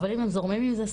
אבל אם הם זורמים עם זה,